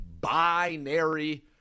binary